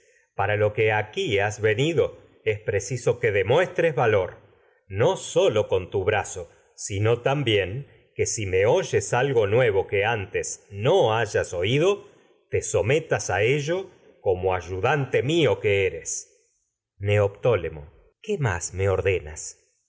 para lo que aquí has es preciso demuestres valor no que sólo con tu nuevo brazo antes sino no también si me oyes algo que hayas oído eres te sometas a ello como ayudante mío que neoptólemo ulises tus qué más es me ordenas